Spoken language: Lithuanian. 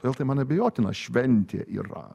todėl tai man abejotina šventė yra